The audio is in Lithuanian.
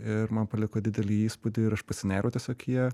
ir man paliko didelį įspūdį ir aš pasinėriau tiesiog į ją